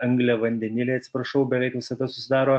angliavandeniliai atsiprašau beveik visada susidaro